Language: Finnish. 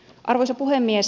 arvoisa puhemies